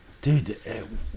dude